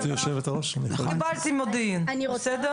קיבלתי מודיעין, בסדר?